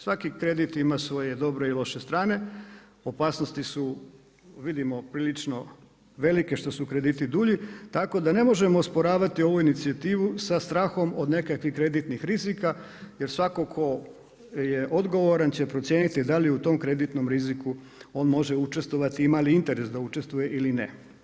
Svaki kredit ima svoje dobre i loše strane, opasnosti su vidimo prilično velike što su krediti dulji, tako da ne možemo osporavati ovu inicijativu sa strahom od nekakvih kreditnih rizika jer svako tko je odgovoran će procijeniti da li u tom kreditnom riziku on može učestvovati i ima li interes da učestvovati ili ne.